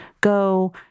go